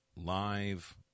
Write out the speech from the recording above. live